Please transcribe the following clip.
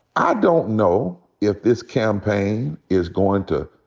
i don't know if this campaign is going to